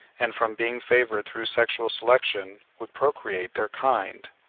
and from being favoured through sexual selection, would procreate their kind.